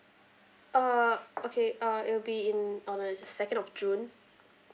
uh okay uh it'll be in on a second of june